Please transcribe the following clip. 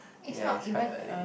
ya it's quite early